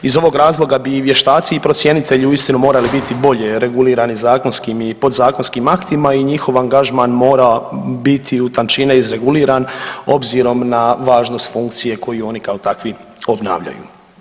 Iz ovog razloga bi i vještaci i procjenitelji uistinu morali biti bolje regulirani zakonskim i podzakonskim aktima i njihov angažman mora biti u tančine izreguliran obzirom na važnost funkcije koju oni kao takvi obavljaju.